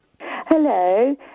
Hello